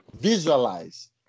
visualize